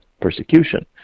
persecution